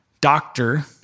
doctor